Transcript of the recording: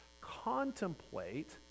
contemplate